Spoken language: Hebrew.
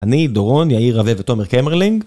אני, דורון, יאיר רווה ותומר קמרלינג